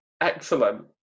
Excellent